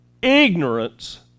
Ignorance